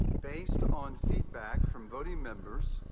based on feedback from voting members,